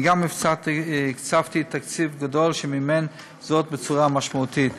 וגם הקצבתי תקציב גדול שמימן זאת בצורה משמעותית.